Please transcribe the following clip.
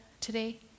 today